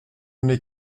n’ai